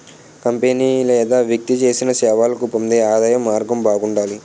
company లేదా వ్యక్తి చేసిన సేవలకు పొందే ఆదాయం మార్గం బాగుండాలి